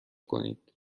کنید